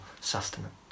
sustenance